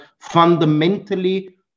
fundamentally